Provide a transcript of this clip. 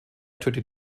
tötet